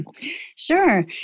Sure